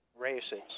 Races